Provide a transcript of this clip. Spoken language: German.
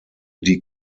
die